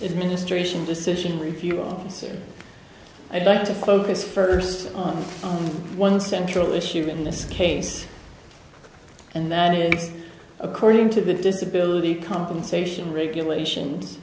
administration decision review officer i'd like to focus first on one central issue in this case and that is according to the disability compensation regulations